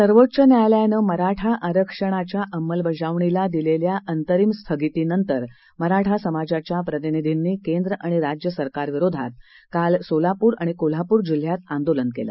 सर्वोच्च न्यायालयानं मराठा आरक्षण कायद्याच्या अंमलबजावणीला दिलेल्या अंतरिम स्थगितीनंतर मराठा समाजाच्या प्रतिनिधींनी केंद्र आणि राज्य सरकारविरोधात काल सोलापूर आणि कोल्हापूर जिल्ह्यात आंदोलन केलं